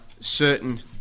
certain